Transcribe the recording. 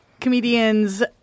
comedians